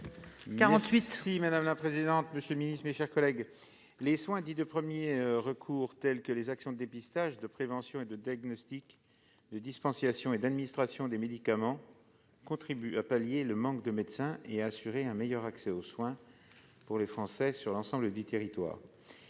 : La parole est à M. Jean-François Longeot. Les soins dits « de premier recours », tels que les actions de dépistage, de prévention et de diagnostic, de dispensation et d'administration des médicaments contribuent à pallier le manque de médecins et à assurer un meilleur accès aux soins des Français sur l'ensemble du territoire.